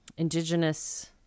Indigenous